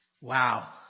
Wow